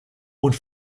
und